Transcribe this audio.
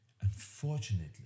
unfortunately